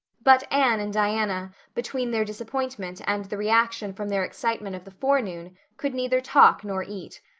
but anne and diana, between their disappointment and the reaction from their excitement of the forenoon, could neither talk nor eat.